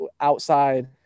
outside